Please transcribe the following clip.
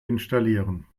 installieren